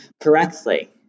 correctly